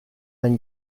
then